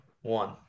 one